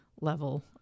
level